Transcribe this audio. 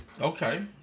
Okay